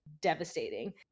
devastating